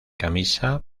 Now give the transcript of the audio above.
camisa